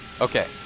Okay